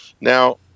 Now